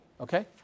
Okay